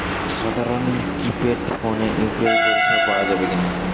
সাধারণ কিপেড ফোনে ইউ.পি.আই পরিসেবা পাওয়া যাবে কিনা?